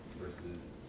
versus